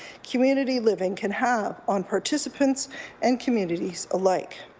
community living can have on participants and communities alike.